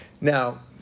Now